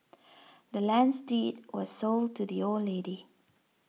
the land's deed was sold to the old lady